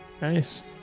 Nice